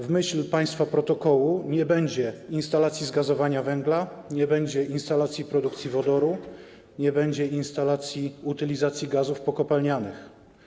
W myśl państwa protokołu nie będzie instalacji zgazowania węgla, nie będzie instalacji produkcji wodoru, nie będzie instalacji utylizacji gazów pokopalnianych.